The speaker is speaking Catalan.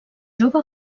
jove